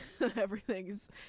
Everything's